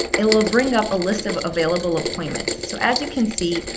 it'll ah bring up a list of available appointments. so as you can see,